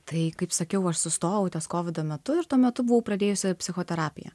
tai kaip sakiau aš sustojau ties kovido metu ir tuo metu buvau pradėjusi psichoterapiją